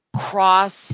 cross